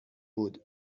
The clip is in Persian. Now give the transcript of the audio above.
بود